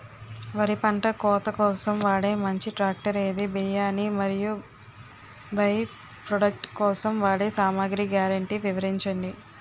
వరి పంట కోత కోసం వాడే మంచి ట్రాక్టర్ ఏది? బియ్యాన్ని మరియు బై ప్రొడక్ట్ కోసం వాడే సామాగ్రి గ్యారంటీ వివరించండి?